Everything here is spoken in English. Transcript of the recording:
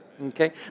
Okay